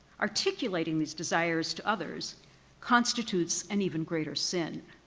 articulating these desires to others constitutes an even greater sin.